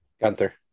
Gunther